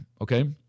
okay